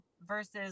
versus